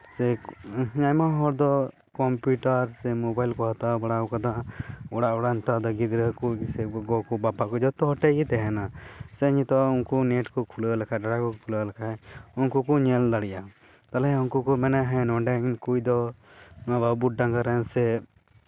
ᱟᱭᱢᱟ ᱦᱚᱲᱫᱚ ᱠᱚᱢᱯᱤᱭᱩᱴᱟᱨ ᱥᱮ ᱢᱳᱵᱟᱭᱤᱞ ᱠᱚ ᱦᱟᱛᱟᱣ ᱵᱟᱲᱟ ᱟᱠᱟᱫᱟ ᱚᱲᱟᱜ ᱚᱲᱟᱜ ᱱᱮᱛᱟᱨ ᱫᱚ ᱜᱤᱫᱽᱨᱟᱹ ᱠᱚ ᱥᱮ ᱜᱚᱜᱚ ᱠᱚ ᱵᱟᱵᱟ ᱠᱚ ᱡᱚᱛᱚ ᱦᱚᱲ ᱴᱷᱮᱡ ᱜᱮ ᱛᱟᱦᱮᱱᱟ ᱥᱮ ᱱᱤᱛᱚᱜ ᱱᱮᱴ ᱠᱚ ᱠᱷᱩᱞᱟᱹᱣ ᱞᱮᱠᱷᱟᱱ ᱠᱷᱩᱞᱟᱹᱣ ᱞᱮᱠᱷᱟᱱ ᱩᱱᱠᱩ ᱠᱚ ᱧᱮᱞ ᱫᱟᱲᱮᱭᱟᱜᱼᱟ ᱛᱟᱦᱚᱞᱮ ᱩᱱᱠᱩ ᱠᱚ ᱢᱮᱱᱟ ᱦᱮᱸ ᱱᱚᱸᱰᱮᱱ ᱠᱚᱫᱚ ᱱᱚᱣᱟ ᱵᱟᱹᱵᱩᱴ ᱰᱟᱝᱜᱟ ᱨᱮᱱ ᱥᱮ